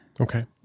Okay